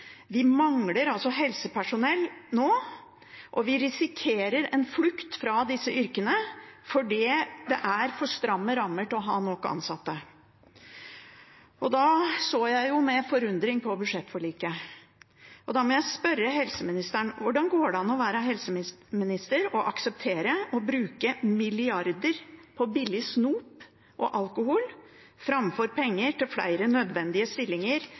og vi risikerer en flukt fra disse yrkene fordi det er for stramme rammer til å ha nok ansatte. Da så jeg med forundring på budsjettforliket, og da må jeg spørre helseministeren: Hvordan går det an å være helseminister og akseptere å bruke milliarder på billig snop og alkohol framfor penger til flere nødvendige stillinger